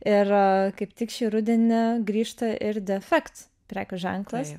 ir kaip tik šį rudenį grįžta ir defekt prekių ženklas